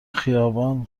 خیابان